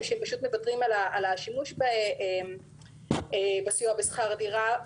שפשוט מוותרים על השימוש בסיוע בשכר דירה,